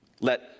Let